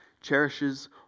cherishes